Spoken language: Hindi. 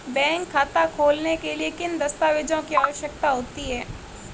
बैंक खाता खोलने के लिए किन दस्तावेज़ों की आवश्यकता होती है?